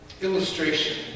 illustration